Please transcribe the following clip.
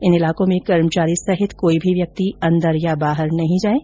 इन ईलाकों में कर्मचारी सहित कोई भी व्यक्ति अंदर या बाहर नहीं जाये